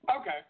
Okay